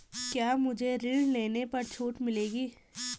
क्या मुझे ऋण लेने पर छूट मिलेगी?